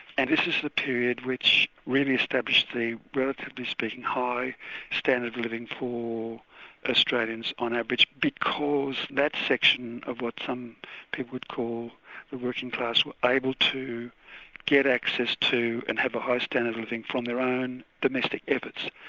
and this is the period which really established the relatively speaking high standard of living for australians on average because that section of what some people would call the working class, were able to get access to, and have a high standard and from their own domestic efforts.